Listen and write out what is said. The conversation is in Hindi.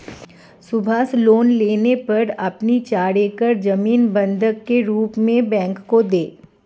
सुभाष लोन लेने पर अपनी चार एकड़ जमीन बंधक के रूप में बैंक को दें